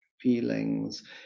feelings